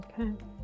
okay